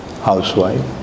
housewife